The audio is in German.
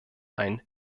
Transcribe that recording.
ein